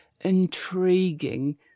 intriguing